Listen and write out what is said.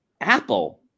Apple